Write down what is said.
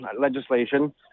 legislation